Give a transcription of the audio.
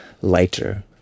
lighter